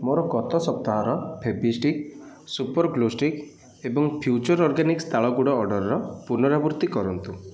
ମୋର ଗତ ସପ୍ତାହର ଫେଭିଷ୍ଟିକ୍ ସୁପର୍ ଗ୍ଲୁଷ୍ଟିକ୍ ଏବଂ ଫ୍ୟୁଚର୍ ଅର୍ଗାନିକ୍ସ ତାଳ ଗୁଡ଼ ଅର୍ଡ଼ର୍ର ପୁନରାବୃତ୍ତି କରନ୍ତୁ